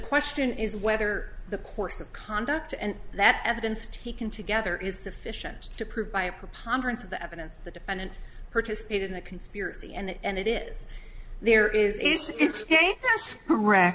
question is whether the course of conduct and that evidence taken together is sufficient to prove by a preponderance of the evidence the defendant participated in a conspiracy and it is there is